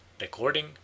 Recording